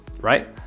right